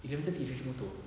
eleven thirty motor